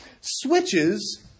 switches